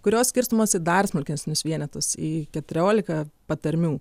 kurios skirstomos į dar smulkesnius vienetus į keturioliką patarmių